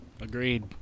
agreed